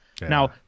Now